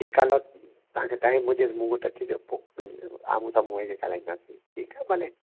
ठीकु आहे हलो तव्हां खे टाईम हुजे त मूं वटि अचिजो पोइ आम्हूं साम्हूं वेही करे ॻाल्हाईंदासीं ठीकु आहे भले